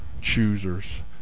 choosers